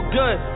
good